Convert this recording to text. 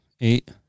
eight